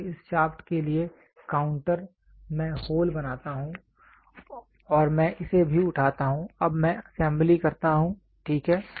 तो इस शाफ्ट के लिए काउंटर मैं होल बनाता हूं और मैं इसे भी उठाता हूं अब मैं असेंबली करता हूं ठीक है